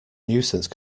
nuisance